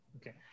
Okay